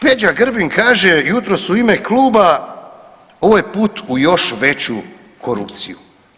Peđa Grbin kaže jutros u ime kluba ovo je put u još veću korupciju.